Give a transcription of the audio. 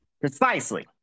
precisely